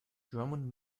drummond